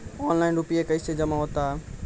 Online रुपये कैसे जमा होता हैं?